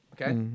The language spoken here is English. okay